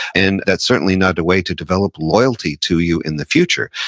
and that's certainly not a way to develop loyalty to you in the future.